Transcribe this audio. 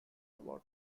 award